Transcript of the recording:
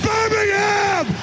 Birmingham